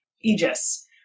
aegis